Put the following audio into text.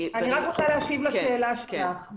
אני רק רוצה להשיב לשאלה שלך.